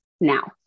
now